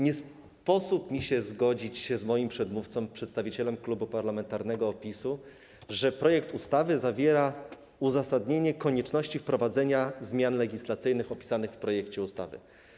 Nie sposób mi zgodzić się z moim przedmówcą, przedstawicielem Klubu Parlamentarnego PiS, z tym, że projekt ustawy zawiera uzasadnienie konieczności wprowadzenia zmian legislacyjnych opisanych w projekcie ustawy.